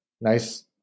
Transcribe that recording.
nice